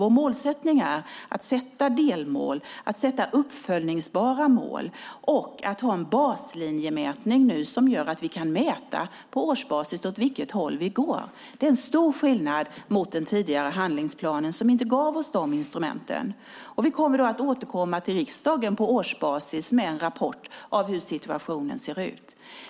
Vår målsättning är att sätta delmål, uppföljningsbara mål, och ha en baslinjemätning som gör att vi kan mäta åt vilket håll vi går. Det är stor skillnad mot den tidigare handlingsplanen som inte gav oss dem instrumenten. Vi kommer att återkomma till riksdagen på årsbasis med en rapport om hur situationen ser ut.